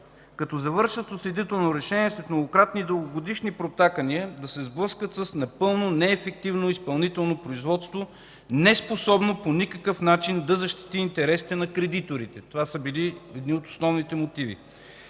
като завършат с осъдително решение след многократни и дългогодишни протакания, да се сблъскат с напълно неефективно изпълнително производство, неспособно по никакъв начин да защити интересите на кредиторите. Това са били едни от основните мотиви.